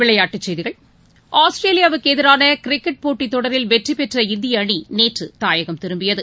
விளையாட்டுச் செய்திகள் ஆஸ்திரேலியாவுக்குஎதிரானகிரிக்கெட் போட்டித் தொடரில் வெற்றிபெற்ற இந்தியஅணிநேற்றுதாயகம் திரும்பியது